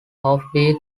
offbeat